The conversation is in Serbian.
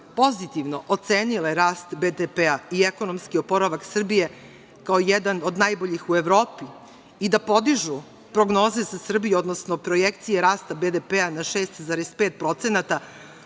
pozitivno ocenile rast BDP, i ekonomski oporavak Srbije, kao jedan od najboljih u Evropi, i da podižu prognoze za Srbiju, odnosno projekcije rasta BDP na 6,5% a Vlada